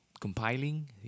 Compiling